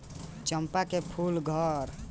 चंपा के फूल घर दुआर के आगे लगावे से घर अच्छा लागेला